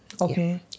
Okay